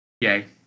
Yay